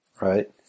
right